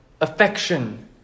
affection